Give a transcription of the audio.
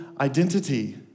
identity